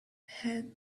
had